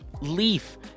leaf